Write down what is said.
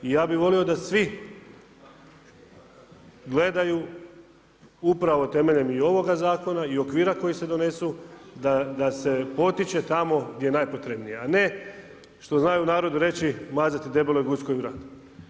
I ja bih volio da svi gledaju upravo temeljem i ovoga zakona i okvira koji se donesu, da se potiče tamo gdje je najpotrebnije, a ne što znaju u narodu reći mazati debeloj guski vrat.